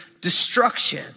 destruction